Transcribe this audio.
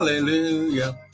hallelujah